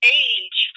age